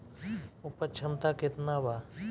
उपज क्षमता केतना वा?